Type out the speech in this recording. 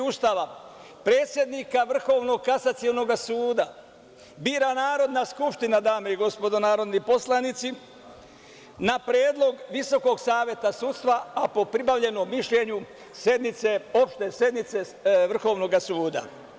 Ustava, predsednika Vrhovnog kasacionog suda bira Narodna skupština, dame i gospodo narodni poslanici, na predlog Visokog saveta sudstva, a po pribavljenom mišljenju opšte sednice Vrhovnoga suda.